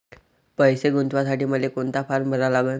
पैसे गुंतवासाठी मले कोंता फारम भरा लागन?